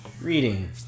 Reading